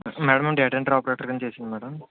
madam నేను data entry ఆపరేటర్గా చేశాను మ్యాడమ్